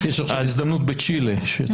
יש עכשיו הזדמנות בצ'ילה.